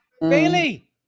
Bailey